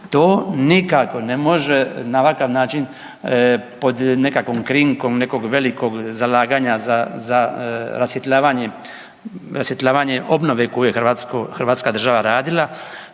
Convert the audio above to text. to nikako ne može na ovakav način pod nekakvom krinkom nekog velikog zalaganja za, za rasvjetljavanje obnove koju je hrvatska država radila,